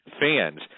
fans